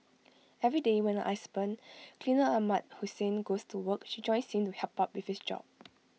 every day when I husband cleaner Ahmad Hussein goes to work she joins him to help out with his job